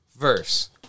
verse